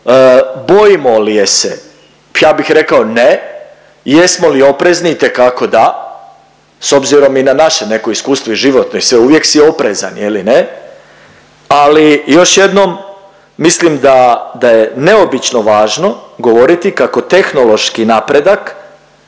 Bojimo li je se? Ja bih rekao ne. Jesmo li oprezni? Itekako da s obzirom i na naše neko iskustvo i životno i sve, uvijek su oprezan ili ne. Ali još jednom mislim da, da je neobično važno govoriti kako tehnološki napredak